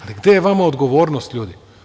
Ali, gde je vama odgovornost, ljudi?